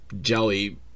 Jelly